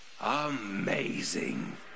Amazing